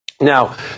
Now